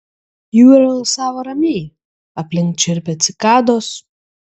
jūra alsavo ramiai aplink čirpė cikados